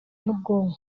n’ubwonko